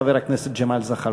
חבר הכנסת ג'מאל זחאלקה.